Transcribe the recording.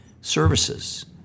services